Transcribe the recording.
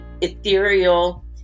ethereal